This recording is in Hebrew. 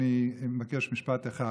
אני מבקש משפט אחד,